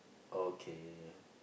okay